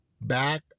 back